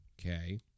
Okay